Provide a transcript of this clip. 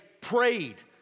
prayed